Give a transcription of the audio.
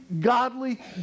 godly